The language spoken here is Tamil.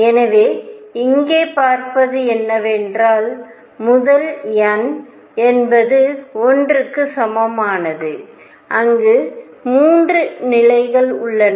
எனவே இங்கே பார்ப்பது என்னவென்றால் முதல் n என்பது 1 க்கு சமமானது அங்கு 3 நிலைகள் உள்ளன